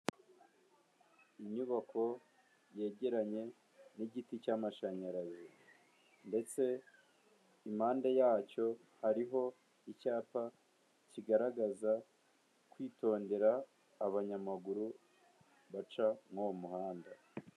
Inyubako yegeranye n'igiti cy'amashanyarazi ndetse impande yacyo hariho icyapa kigaragaza kwitondera abanyamaguru baca muri uwo muhanda.